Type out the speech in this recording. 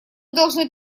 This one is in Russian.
должны